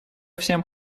всем